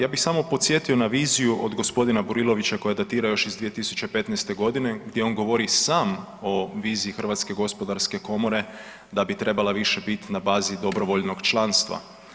Ja bih samo podsjetio na viziju od gospodina Burilovića koja datira još iz 2015. godine gdje on govori sam o viziji Hrvatske gospodarske komore da bi trebala više bit na bazi dobrovoljnog članstva.